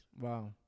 Wow